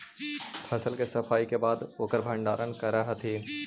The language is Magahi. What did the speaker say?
फसल के सफाई के बाद ओकर भण्डारण करऽ हथिन